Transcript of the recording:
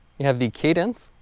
you have the cadence